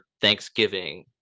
Thanksgiving